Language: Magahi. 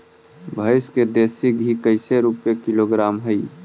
भैंस के देसी घी कैसे रूपये किलोग्राम हई?